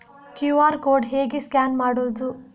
QR code ಹೇಗೆ scan ಮಾಡುವುದು?